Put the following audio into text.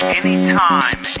anytime